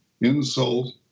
insult